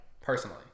personally